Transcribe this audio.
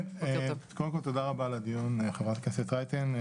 כן, קודם כל תודה רבה על הדיון חברת הכנסת רייטן.